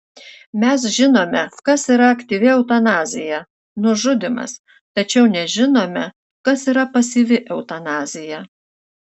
mes žinome kas yra aktyvi eutanazija nužudymas tačiau nežinome kas yra pasyvi eutanazija